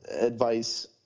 advice